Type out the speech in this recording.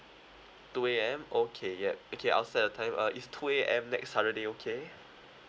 two A_M okay yeah okay I will set the time uh is two A_M next saturday okay